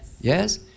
Yes